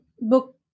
book